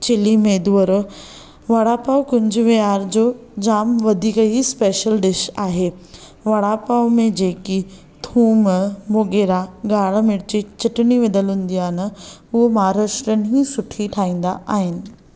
chilli medu वड़ो वड़ा पाव कुंज विहार जो जाम वधीक ई स्पेशल डिश आहे वड़ा पाव में जेकी थूम मुंङेरा ॻाढ़ा मिर्च चटनी विधलु हूंदी आहे हू महाराष्ट्रियन ई सुठी ठाहिंदा आहिनि